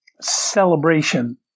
celebration